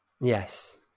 Yes